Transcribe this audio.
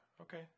okay